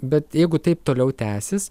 bet jeigu taip toliau tęsis